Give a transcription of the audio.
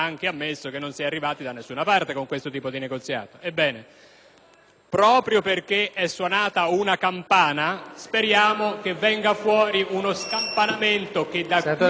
Proprio perché è suonata una campana, speriamo che inizi uno scampanio e che, da ora a quando entrerà in vigore questo Trattato,